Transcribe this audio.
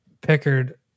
Pickard